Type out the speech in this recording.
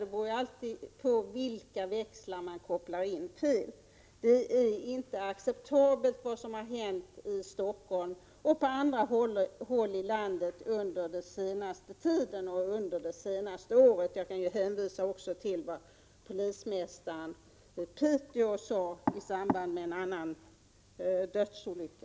Det beror alltid på vilka växlar som kopplas in fel. Vad som hänt i Stockholm och på andra håll i landet under det senaste året är inte acceptabelt. Jag kan också hänvisa till vad polismästaren i Piteå sade i samband med en annan dödsolycka.